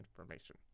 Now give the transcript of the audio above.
information